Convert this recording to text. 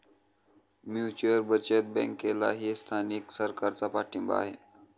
mutual बचत बँकेलाही स्थानिक सरकारचा पाठिंबा आहे